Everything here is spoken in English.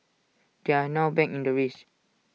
they are now back in the race